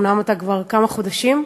אומנם אתה כבר כמה חודשים,